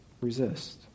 resist